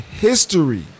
history